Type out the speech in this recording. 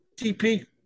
tp